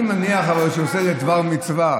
אבל אני מניח שהוא עושה איזה דבר מצווה.